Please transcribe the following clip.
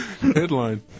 Headline